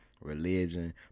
religion